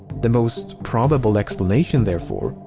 the most probable explanation, therefore,